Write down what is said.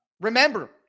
Remember